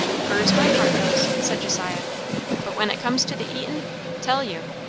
fur's my part goes, said josiah but when it comes to the eatin' tell you!